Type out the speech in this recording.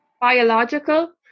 biological